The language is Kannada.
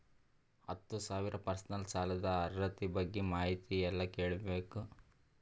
ಹತ್ತು ಸಾವಿರ ಪರ್ಸನಲ್ ಸಾಲದ ಅರ್ಹತಿ ಬಗ್ಗೆ ಮಾಹಿತಿ ಎಲ್ಲ ಕೇಳಬೇಕು?